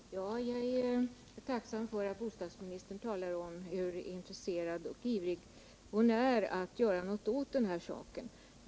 Herr talman! Jag är tacksam för att bostadsministern talar om hur intresserad och ivrig hon är att göra något åt den här saken.